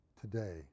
today